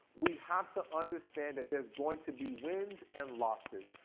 we have to understand that there's going to be wins and losses,